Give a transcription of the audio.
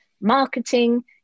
marketing